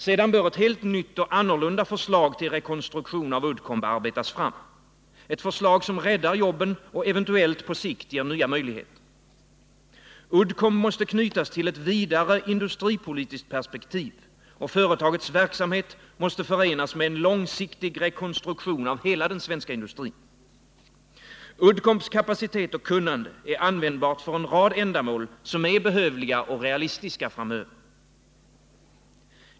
Sedan bör ett helt nytt och annorlunda förslag till rekonstruktion av Uddcomb arbetas fram, ett förslag som räddar jobben och eventuellt på sikt ger nya möjligheter. Uddcomb måste knytas till ett vidare industripolitiskt perspektiv. Företagets verksamhet måste förenas med en långsiktig rekonstruktion av hela den svenska industrin. Uddcombs kapacitet och kunnande är användbara för en rad ändamål som är behövliga och realistiska.